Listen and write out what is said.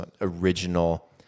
original